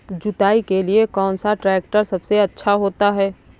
जुताई के लिए कौन सा ट्रैक्टर सबसे अच्छा होता है?